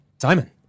Simon